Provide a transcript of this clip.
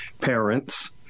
parents